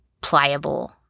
pliable